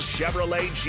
Chevrolet